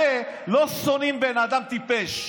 הרי לא שונאים בן אדם טיפש.